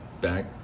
back